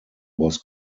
was